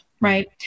Right